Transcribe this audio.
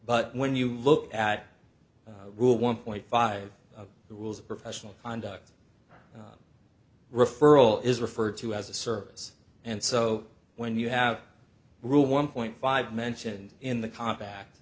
but when you look at rule one point five of the rules of professional conduct referral is referred to as a service and so when you have rule one point five mentioned in the contract